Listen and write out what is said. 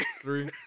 three